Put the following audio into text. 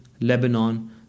Lebanon